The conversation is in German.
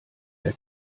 der